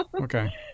okay